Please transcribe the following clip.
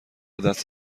دست